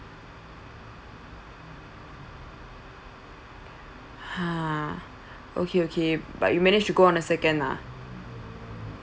ha okay okay but you managed to go on the second lah